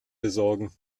besorgen